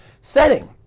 setting